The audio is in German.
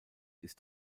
ist